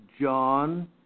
John